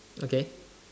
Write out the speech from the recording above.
okay